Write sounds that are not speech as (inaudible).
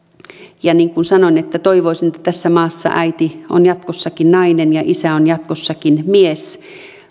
(unintelligible) ja niin kuin sanoin toivoisin että tässä maassa äiti (unintelligible) on jatkossakin nainen ja isä on jatkossakin mies